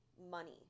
money